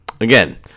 again